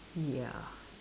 ya